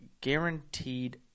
guaranteed